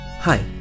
Hi